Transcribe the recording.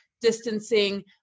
distancing